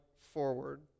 forward